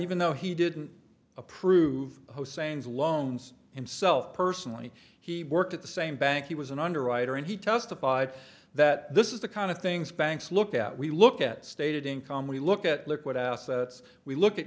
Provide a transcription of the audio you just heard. even though he didn't approve hussein's loans and self personally he worked at the same bank he was an underwriter and he testified that this is the kind of things banks look at we look at stated income we look at liquid assets we look at